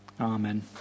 Amen